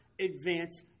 advance